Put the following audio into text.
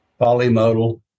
Polymodal